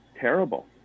terrible